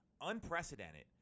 unprecedented